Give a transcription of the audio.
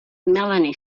melanie